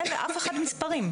אין לאף אחד מספרים,